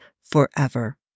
forever